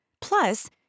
Plus